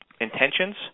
intentions